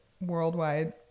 worldwide